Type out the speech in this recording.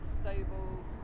stables